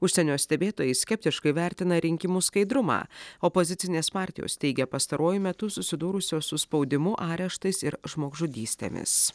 užsienio stebėtojai skeptiškai vertina rinkimų skaidrumą opozicinės partijos teigia pastaruoju metu susidūrusios su spaudimu areštais ir žmogžudystėmis